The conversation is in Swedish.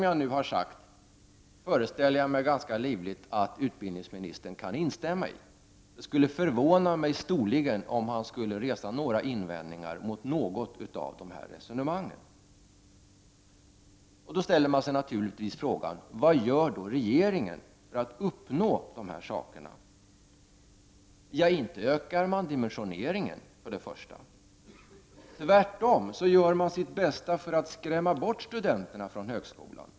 Jag föreställer mig att utbildningsministern kan instämma i allt vad jag nu har sagt. Det skulle storligen förvåna mig om han skulle resa några invändningar mot något av dessa resonemang. Då ställer man sig naturligtvis frågan: Vad gör regeringen för att uppnå dessa mål? Inte ökar man dimensioneringen. Tvärtom gör regeringen sitt bästa för att skrämma bort studenterna från högskolan.